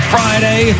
Friday